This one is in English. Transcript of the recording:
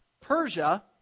Persia